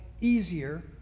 easier